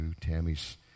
Tammy's